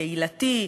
קהילתי,